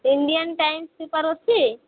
Indians time paper ଅଛି